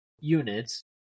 units